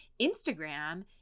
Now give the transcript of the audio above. Instagram